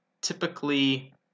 typically